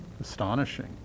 astonishing